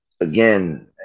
again